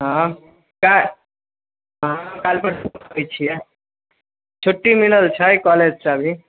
हँ कै हँ काल्हि परसू तक अबै छिए छुट्टी मिलल छै कॉलेजसँ अभी